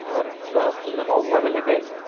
आओर गहुँम सबमे बाल भऽ गेल हेतै